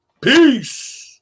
Peace